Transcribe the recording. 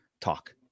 talk